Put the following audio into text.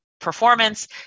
performance